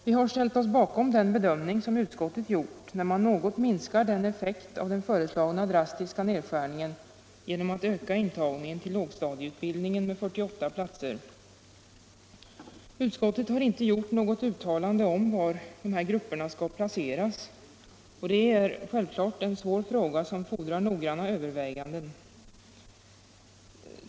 Vi har ställt oss bakom den bedömning utskottet gjort när man något minskar effekten av den föreslagna drastiska nedskärningen genom att öka intagningen till lågstadieutbildningen med 48 platser. Utskottet har inte gjort något uttalande om var dessa grupper skall placeras. Det är självfallet en svår fråga som fordrar noggranna överväganden.